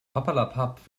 papperlapapp